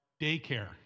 daycare